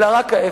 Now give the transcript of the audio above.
אלא רק ההיפך.